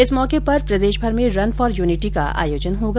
इस मौके पर प्रदेशभर में रन फोर यूनिटी का आयोजन होगा